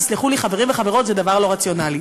תסלחו לי, חברים וחברות, זה דבר לא רציונלי.